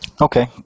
Okay